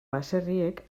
baserriek